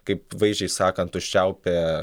kaip vaizdžiai sakant užčiaupia